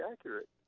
accurate